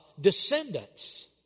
descendants